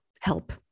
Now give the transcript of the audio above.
help